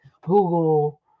Google